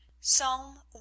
Psalm